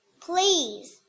Please